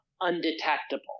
undetectable